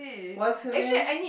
what's her name